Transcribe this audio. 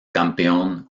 campeón